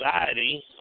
Society